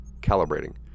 Calibrating